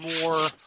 more